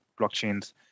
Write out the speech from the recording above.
blockchain's